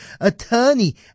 attorney